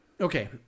Okay